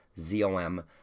Z-O-M